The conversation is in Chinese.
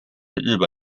日本